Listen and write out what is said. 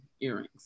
earrings